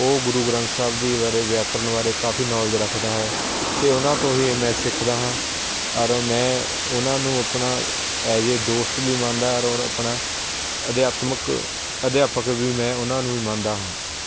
ਉਹ ਗੁਰੂ ਗ੍ਰੰਥ ਸਾਹਿਬ ਜੀ ਬਾਰੇ ਵਿਆਕਰਨ ਬਾਰੇ ਕਾਫੀ ਨੌਲਜ ਰੱਖਦਾ ਹੈ ਅਤੇ ਉਹਨਾਂ ਤੋਂ ਹੀ ਮੈਂ ਸਿੱਖਦਾ ਹਾਂ ਅਰ ਮੈਂ ਉਹਨਾਂ ਨੂੰ ਆਪਣਾ ਐਜ ਏ ਦੋਸਤ ਵੀ ਮੰਨਦਾ ਔਰ ਆਪਣਾ ਅਧਿਆਤਮਿਕ ਅਧਿਆਪਕ ਵੀ ਮੈਂ ਉਹਨਾਂ ਨੂੰ ਵੀ ਮੰਨਦਾ ਹਾਂ